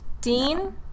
Dean